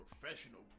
professional